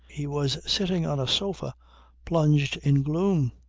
he was sitting on a sofa plunged in gloom.